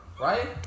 Right